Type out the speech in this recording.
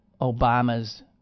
Obama's